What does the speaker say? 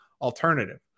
alternative